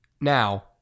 Now